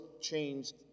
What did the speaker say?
changed